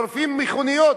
שורפים מכוניות,